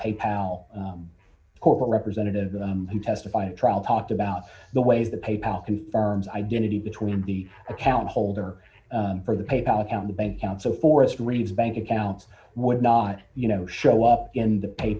pay pal corporate representative who testified at trial talked about the way the pay pal confirms identity between the account holder for the pay pal account the bank account so forest reserve bank account would not you know show up in the pa